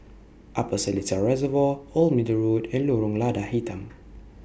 Upper Seletar Reservoir Old Middle Road and Lorong Lada Hitam